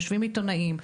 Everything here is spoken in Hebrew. יושבים עיתונאים,